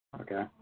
Okay